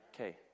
Okay